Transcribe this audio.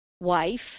wife